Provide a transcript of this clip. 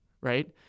Right